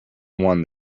one